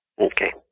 Okay